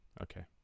okay